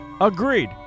Agreed